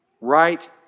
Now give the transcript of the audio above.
right